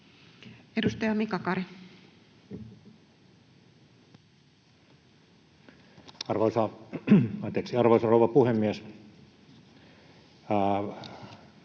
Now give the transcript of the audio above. Edustaja Mika Kari. Arvoisa rouva puhemies!